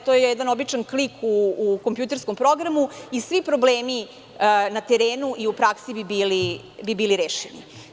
To je jedan običan klik u kompjuterskom programu i svi problemi na terenu i u praksi bi bili rešeni.